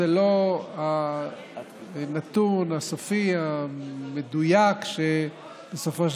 זה לא הנתון הסופי המדויק שבסופו של